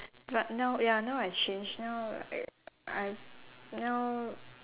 but now ya now I change now I I now